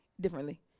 differently